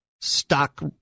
stock